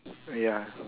ya